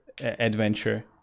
adventure